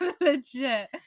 legit